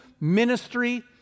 ministry